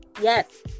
yes